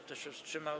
Kto się wstrzymał?